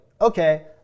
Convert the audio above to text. okay